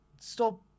stop